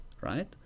right